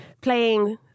playing